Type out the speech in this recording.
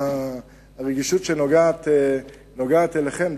הרגישות שנוגעת אליכם,